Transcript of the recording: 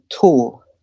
tool